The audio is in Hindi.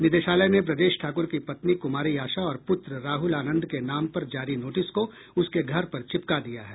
निदेशालय ने ब्रजेश ठाकुर की पत्नी कुमारी आशा और पुत्र राहुल आनंद के नाम पर जारी नोटिस को उसके घर पर चिपका दिया है